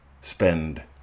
Spend